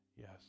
Yes